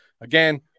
Again